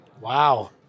Wow